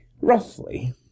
Roughly